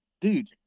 dude